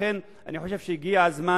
לכן אני חושב שהגיע הזמן